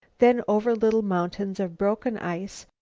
then over little mountains of broken ice,